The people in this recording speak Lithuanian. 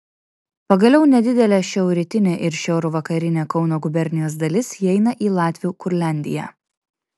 pagaliau nedidelė šiaurrytinė ir šiaurvakarinė kauno gubernijos dalis įeina į latvių kurliandiją